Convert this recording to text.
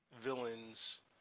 villains